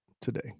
today